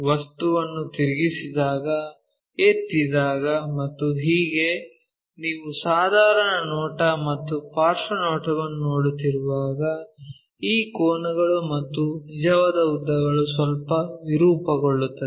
ವಸ್ತುವನ್ನು ತಿರುಗಿಸಿದಾಗ ಎತ್ತಿದಾಗ ಮತ್ತು ಹೀಗೆ ನೀವು ಸಾಧಾರಣ ನೋಟ ಅಥವಾ ಪಾರ್ಶ್ವ ನೋಟವನ್ನು ನೋಡುತ್ತಿರುವಾಗ ಈ ಕೋನಗಳು ಮತ್ತು ನಿಜವಾದ ಉದ್ದಗಳು ಸ್ವಲ್ಪ ವಿರೂಪಗೊಳ್ಳುತ್ತವೆ